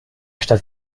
stadt